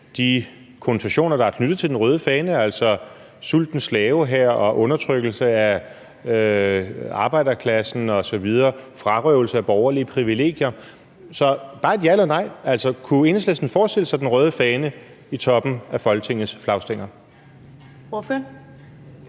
de konnotationer, der er knyttet til den røde fane, altså sultens slavehær, undertrykkelse af arbejderklassen, frarøvelse af borgerlige privilegier osv. Så bare et ja eller nej: Kunne Enhedslisten forestille sig den røde fane i toppen af Folketingets flagstænger?